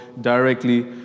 directly